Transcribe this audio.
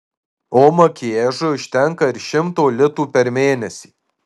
o makiažui užtenka ir šimto litų per mėnesį